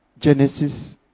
Genesis